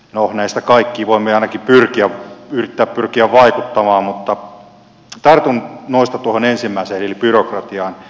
no näihin kaikkiin voimme ainakin yrittää pyrkiä vaikuttamaan mutta tartun noista tuohon ensimmäiseen eli byrokratiaan